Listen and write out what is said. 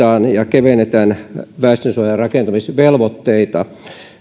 kevennetään väestönsuojarakentamisvelvoitteita